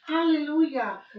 Hallelujah